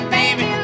baby